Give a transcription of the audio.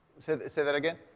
say say that again.